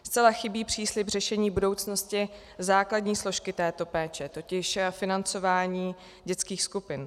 Zcela chybí příslib řešení budoucnosti základní složky této péče, totiž financování dětských skupin.